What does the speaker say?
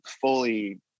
fully